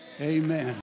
Amen